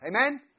Amen